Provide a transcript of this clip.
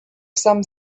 some